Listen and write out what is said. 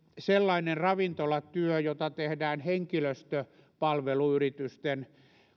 sellainen ravintolatyö jota tehdään henkilöstöpalveluyritysten